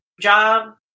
job